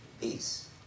peace